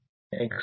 तर 90 113